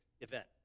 event